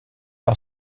par